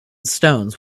stones